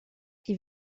die